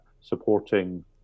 supporting